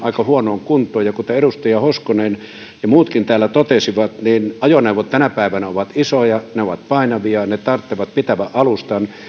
aika huonoon kuntoon kuten edustaja hoskonen ja muutkin täällä totesivat ajoneuvot tänä päivänä ovat isoja ne ovat painavia ne tarvitsevat pitävän alustan